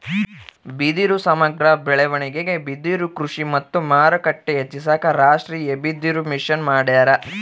ಬಿದಿರು ಸಮಗ್ರ ಬೆಳವಣಿಗೆಗೆ ಬಿದಿರುಕೃಷಿ ಮತ್ತು ಮಾರುಕಟ್ಟೆ ಹೆಚ್ಚಿಸಾಕ ರಾಷ್ಟೀಯಬಿದಿರುಮಿಷನ್ ಮಾಡ್ಯಾರ